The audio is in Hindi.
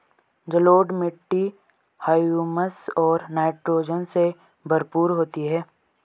जलोढ़ मिट्टी हृयूमस और नाइट्रोजन से भरपूर होती है